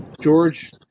George